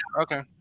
Okay